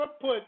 put